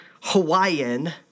Hawaiian